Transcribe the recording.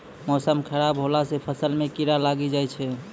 मौसम खराब हौला से फ़सल मे कीड़ा लागी जाय छै?